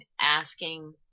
asking